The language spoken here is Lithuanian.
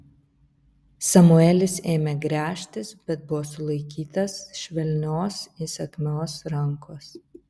samuelis ėmė gręžtis bet buvo sulaikytas švelnios įsakmios rankos